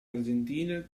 argentina